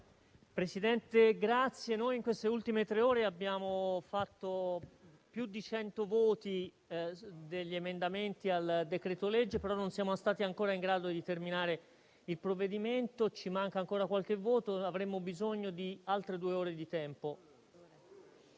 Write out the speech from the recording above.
Presidente, in queste ultime tre ore abbiamo fatto più di 100 votazioni degli emendamenti al decreto-legge, però non siamo stati in grado di terminare l'esame del provvedimento. Ci manca ancora qualche voto, per il quale avremmo bisogno di altre due ore di tempo.